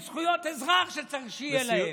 עם זכויות אזרח שצריך שיהיו להם,